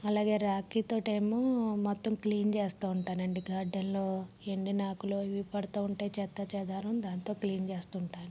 అలాగే రేకుతో ఏమో మొత్తం క్లీన్ చేస్తూ ఉంటాను అండి గార్డెన్లో ఎండిన ఆకులు అవి పడుతూ ఉంటాయి చెత్త చెదారం దాంతో క్లీన్ చేస్తూ ఉంటాను